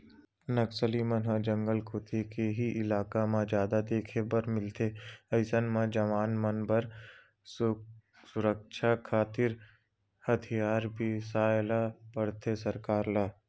नक्सली मन ह जंगल कोती के ही इलाका म जादा देखे बर मिलथे अइसन म जवान मन बर सुरक्छा खातिर हथियार बिसाय ल परथे सरकार ल